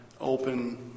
open